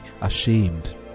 ashamed